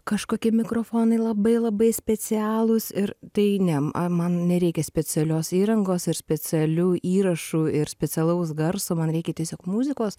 kažkokie mikrofonai labai labai specialūs ir tai ne man nereikia specialios įrangos ir specialių įrašų ir specialaus garso man reikia tiesiog muzikos